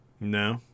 No